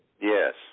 Yes